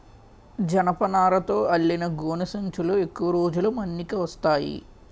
జనపనారతో అల్లిన గోనె సంచులు ఎక్కువ రోజులు మన్నిక వస్తాయి